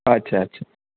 अच्छा अच्छा